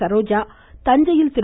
சரோஜா தஞ்சையில் திரு